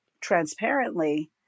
transparently